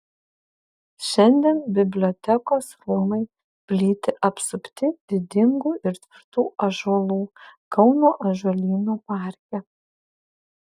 šiandien bibliotekos rūmai plyti apsupti didingų ir tvirtų ąžuolų kauno ąžuolyno parke